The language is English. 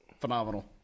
phenomenal